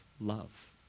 love